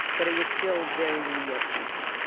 but it was still very new york centric.